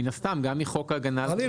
מן הסתם גם מחוק הגנה על בריאות הציבור (מזון).